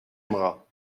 aimera